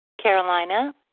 Carolina